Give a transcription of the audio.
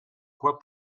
quoi